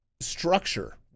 structure